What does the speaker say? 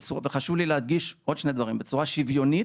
וחשוב לי להדגיש עוד שני דברים בצורה שוויונית,